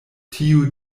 tiuj